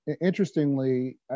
Interestingly